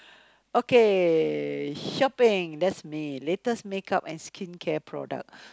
okay shopping that's me latest makeup and skincare products